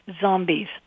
zombies